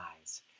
eyes